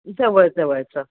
जवळ जवळचं